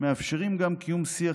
מאפשרים גם קיום שיח